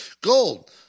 Gold